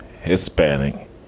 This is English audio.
Hispanic